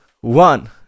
one